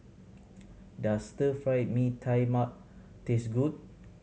does Stir Fry Mee Tai Mak taste good